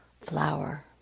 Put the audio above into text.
flower